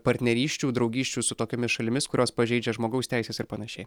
partnerysčių draugysčių su tokiomis šalimis kurios pažeidžia žmogaus teises ir panašiai